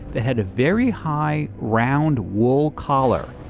that had a very high, round wool collar.